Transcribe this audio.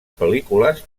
pel·lícules